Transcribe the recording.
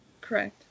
Correct